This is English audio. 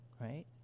right